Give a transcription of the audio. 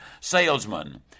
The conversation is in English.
salesman